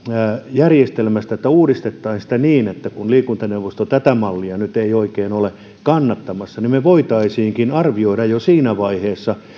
järjestelmästä että uudistettaisiin sitä niin kun liikuntaneuvosto tätä mallia nyt ei oikein ole kannattamassa että me voisimmekin arvioida jo siinä vaiheessa